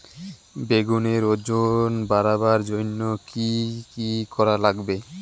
বেগুনের ওজন বাড়াবার জইন্যে কি কি করা লাগবে?